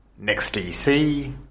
NextDC